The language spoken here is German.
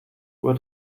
uhr